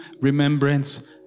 remembrance